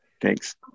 Thanks